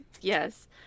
yes